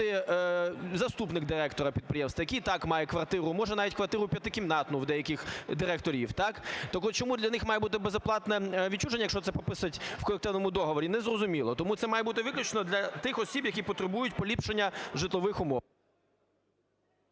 заступник директора підприємства, який і так має квартиру, може, навіть, квартиру п'ятикімнатну, в деяких директорів, так? Так от, чому для них має бути безоплатне відчуження, якщо це прописувати в колективному договорі, незрозуміло. Тому це має бути виключно для тих осіб, які потребують поліпшення житлових умов.